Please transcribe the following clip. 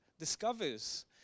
discovers